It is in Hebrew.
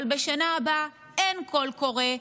בשנה הבאה אין קול קורא,